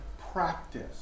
practice